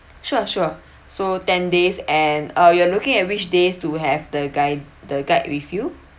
sure sure so ten days and uh you are looking at which days to have the guide~ the guide with you